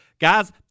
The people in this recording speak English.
Guys